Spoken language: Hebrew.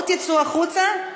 או שתצאו החוצה,